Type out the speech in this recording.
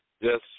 Yes